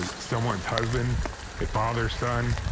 and someone's husband father son.